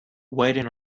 waiting